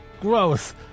gross